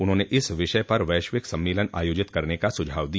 उन्होंने इस विषय पर वैश्विक सम्मेलन आयोजित करने का सुझाव दिया